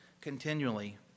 continually